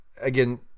again